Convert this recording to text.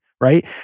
right